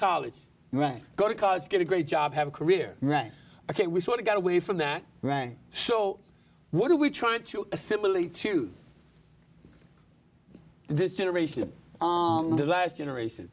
college right go to college get a great job have a career right ok we sort of got away from that right so what are we trying to simply choose this generation of on the last generation